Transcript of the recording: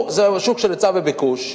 זהו שוק של היצע וביקוש,